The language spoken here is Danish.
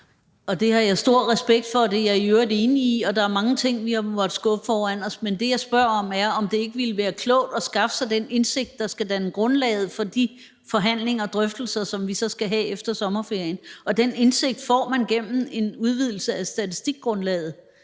Det har jeg stor respekt for, og det er jeg i øvrigt enig i. Der er mange ting, vi har måttet skubbe foran os. Men det, jeg spørger om, er, om det ikke ville være klogt at skaffe sig den indsigt, der skal danne grundlaget for de forhandlinger og drøftelser, som vi så skal have efter sommerferien, og den indsigt får man gennem en udvidelse af det statistiske grundlag,